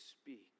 speak